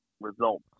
results